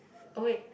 oh wait